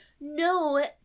no